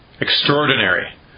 extraordinary